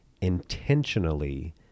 intentionally